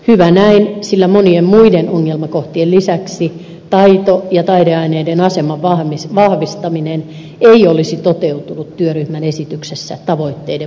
hyvä näin sillä monien muiden ongelmakohtien lisäksi taito ja taideaineiden aseman vahvistaminen ei olisi toteutunut työryhmän esityksessä tavoitteiden mukaisesti